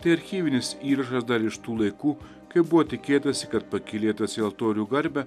tai archyvinis įrašas dar iš tų laikų kai buvo tikėtasi kad pakylėtas į altorių garbę